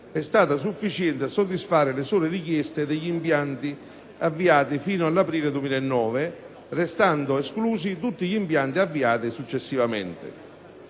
è stata sufficiente a soddisfare le sole richieste degli impianti avviati fino all'aprile 2009, restando esclusi tutti gli impianti avviati successivamente.